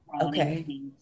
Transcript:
Okay